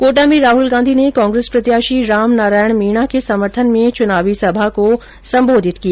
कोटा में राहुल गांधी ने कांग्रेस प्रत्याशी रामनारायण मीणा के समर्थन में चुनावी सभा को संबोधित किया